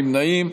אין נמנעים.